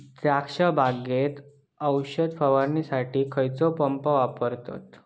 द्राक्ष बागेत औषध फवारणीसाठी खैयचो पंप वापरतत?